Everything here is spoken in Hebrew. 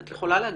את יכולה לומר.